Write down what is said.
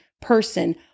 person